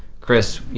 chris,